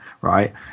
right